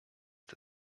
der